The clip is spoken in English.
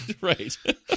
Right